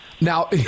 Now